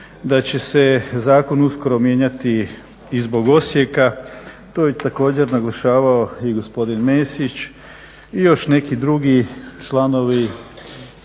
da će se zakon uskoro mijenjati i zbog Osijeka. To je također naglašavao i gospodin Mesić i još neki drugi članovi